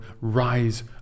rise